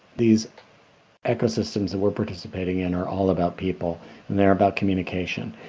these ecosystems that we are participating in are all about people, and they're about communication.